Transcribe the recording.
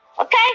Okay